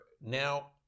now